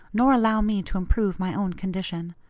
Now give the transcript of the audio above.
nor allow me to improve my own condition.